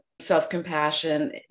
self-compassion